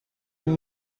این